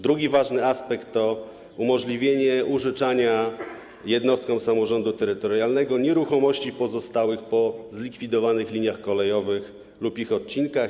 Drugi ważny aspekt to umożliwienie użyczania jednostkom samorządu terytorialnego nieruchomości pozostałych po zlikwidowanych liniach kolejowych lub ich odcinkach.